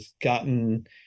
gotten